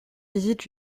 visite